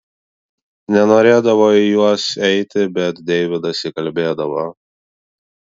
nenorėdavo į juos eiti bet deividas įkalbėdavo